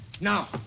Now